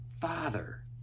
Father